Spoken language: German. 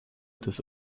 des